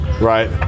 right